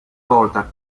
volta